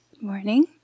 Morning